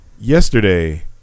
yesterday